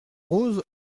rose